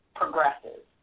progresses